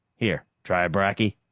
here, try a bracky?